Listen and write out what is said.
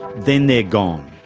then they're gone.